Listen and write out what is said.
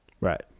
Right